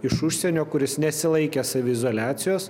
iš užsienio kuris nesilaikė saviizoliacijos